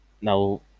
Now